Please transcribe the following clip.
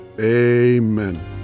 amen